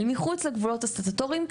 אל מחוץ לגבולות הסטטוטוריים,